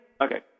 Okay